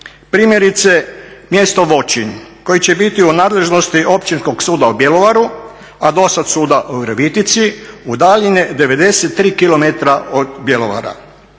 Primjerice mjesto Voćin koji će biti u nadležnosti Općinskog suda u Bjelovaru, a dosad suda u Virovitici udaljene 93 km od Bjelovara.